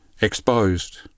Exposed